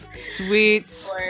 sweet